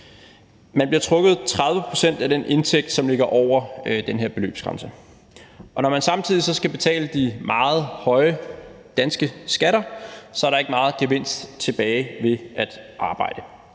Man bliver trukket 30 pct. af den indtægt, som ligger over den her beløbsgrænse, og når man samtidig så skal betale de meget høje danske skatter, er der ikke meget gevinst tilbage ved at arbejde.